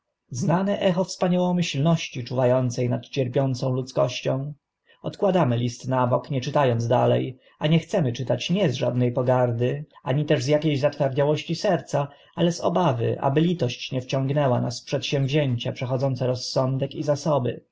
znane echo wspaniałomyślności czuwa ące nad cierpiącą ludzkością odkładamy list na bok nie czyta ąc dale a nie chcemy czytać nie z żadne pogardy ani też z akie ś zatwardziałości serca ale z obawy aby litość nie wciągnęła nas w przedsięwzięcia przechodzące rozsądek i zasoby